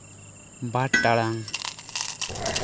ᱵᱟᱨ ᱴᱟᱲᱟᱝ